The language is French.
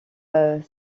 même